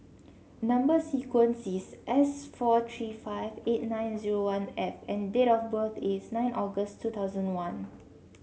number sequence is S four three five eight nine zero one F and date of birth is nine August two thousand one